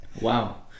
wow